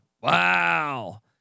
Wow